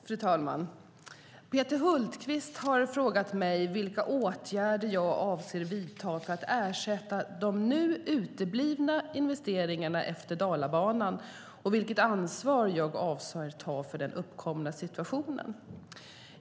Fru talman! Peter Hultqvist har frågat mig vilka åtgärder jag avser att vidta för att ersätta de nu uteblivna investeringarna efter Dalabanan och vilket ansvar jag avser att ta för den uppkomna situationen.